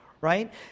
right